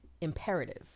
imperative